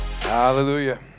Hallelujah